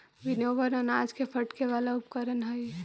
winnower अनाज के फटके वाला उपकरण हई